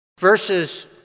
Verses